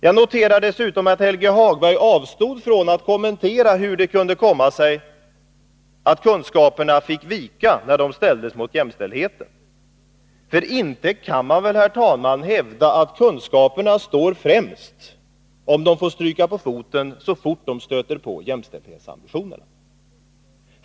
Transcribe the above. Jag noterar dessutom att Helge Hagberg avstod från att kommentera hur det kunde komma sig att kunskaperna fick vika när de ställdes mot jämställdheten. Man kan väl inte hävda, herr talman, att kunskaperna står främst, om de får stryka på foten så fort de stöter på jämställdhetsambitioner.